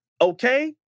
okay